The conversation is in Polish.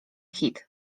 hit